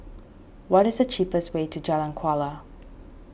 what is the cheapest way to Jalan Kuala